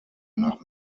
nach